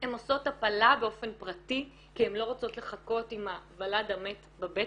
הן עושות הפלה באופן פרטי כי הן לא רוצות לחכות עם הוולד המת בבטן,